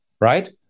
Right